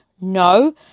No